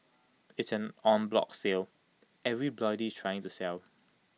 IT is an en bloc sell everybody trying to sell